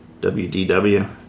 WDW